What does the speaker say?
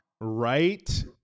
Right